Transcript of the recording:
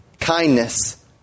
kindness